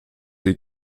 sie